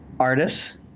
artists